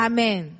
Amen